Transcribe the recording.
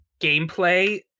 gameplay